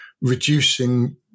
reducing